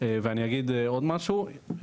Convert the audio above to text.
ואני אגיד עוד משהו,